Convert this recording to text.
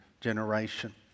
generation